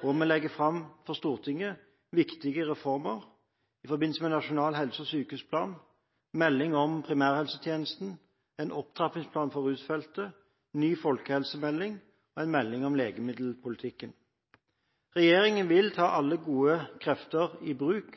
hvor vi legger fram for Stortinget viktige reformer i forbindelse med nasjonal helse- og sykehusplan, melding om primærhelsetjenesten, en opptrappingsplan for rusfeltet, ny folkehelsemelding og en melding om legemiddelpolitikken. Regjeringen vil ta alle gode krefter i bruk,